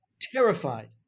terrified